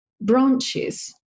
branches